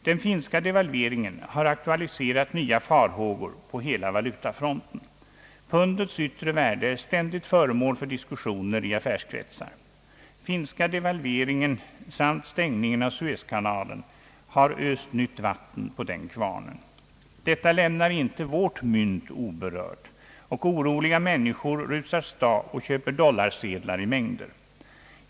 Den finska devalveringen har aktualiserat nya farhågor på hela valutafronten. Pundets yttre värde är ständigt föremål för diskussioner i affärskretsar. Den finska devalveringen samt stängningen av Suezkanalen har öst nytt vatten på den kvarnen. Detta lämnar inte vårt mynt oberört, och oroliga människor rusar åstad och köper dollarsedlar i mängder.